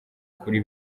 kuri